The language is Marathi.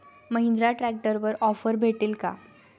महिंद्रा ट्रॅक्टरवर ऑफर भेटेल का?